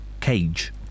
Cage